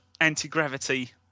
anti-gravity